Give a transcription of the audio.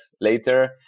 later